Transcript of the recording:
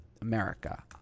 America